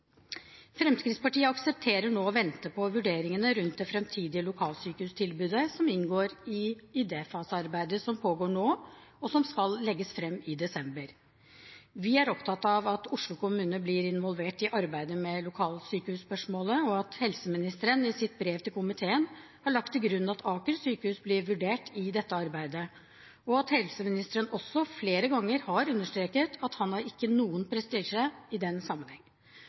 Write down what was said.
Fremskrittspartiet aksepterer nå å vente på vurderingene rundt det framtidige lokalsykehustilbudet som inngår i idéfasearbeidet som pågår nå, og som skal legges fram i desember. Vi er opptatt av at Oslo kommune blir involvert i arbeidet med lokalsykehusspørsmålet, at helseministeren i sitt brev til komiteen har lagt til grunn at Aker sykehus blir vurdert i dette arbeidet, og at helseministeren også flere ganger har understreket at han ikke har noen prestisje i den sammenheng.